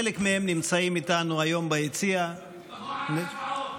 חלק מהם נמצאים איתנו היום ביציע, נוער הגבעות.